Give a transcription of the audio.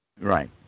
right